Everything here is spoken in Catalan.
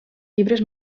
llibres